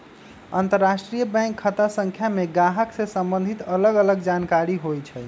अंतरराष्ट्रीय बैंक खता संख्या में गाहक से सम्बंधित अलग अलग जानकारि होइ छइ